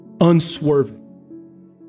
unswerving